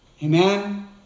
Amen